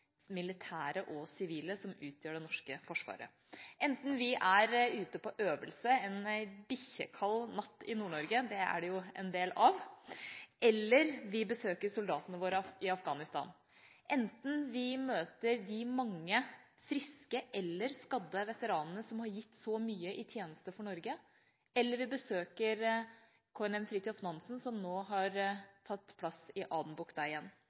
militære og sivile, som utgjør det norske forsvaret. Enten vi er ute på øvelse en bikkjekald natt i Nord-Norge – det er det jo en del av – eller vi besøker soldatene våre i Afghanistan, enten vi møter de mange friske eller skadde veteranene som har gitt så mye i tjeneste for Norge, eller vi besøker KNM «Fridtjof Nansen», som nå har tatt plass i